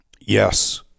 Yes